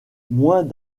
moins